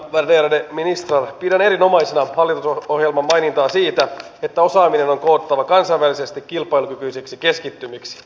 oikeuden miehistä pidän erinomaisena valitun ohjelman toimittaa se että rahaa on koottava kansainvälisesti kilpailukykyisiksi keskittymiksi